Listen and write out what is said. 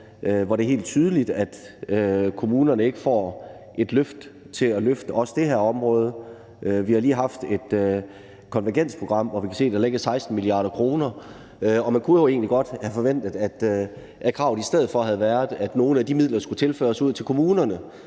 hvor det er helt tydeligt, at kommunerne ikke får et løft i forhold til også at kunne løfte det her område. Vi har lige haft et konvergensprogram, hvor vi kan se, der ligger 16 mia. kr. Og man kunne jo egentlig godt have forventet, at kravet i stedet for havde været, at nogle af de midler skulle tilføres kommunerne,